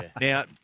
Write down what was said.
Now